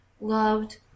loved